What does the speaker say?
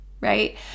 right